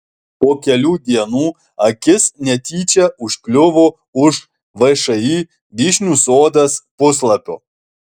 po kelių dienų akis netyčia užkliuvo už všį vyšnių sodas puslapio